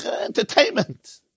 entertainment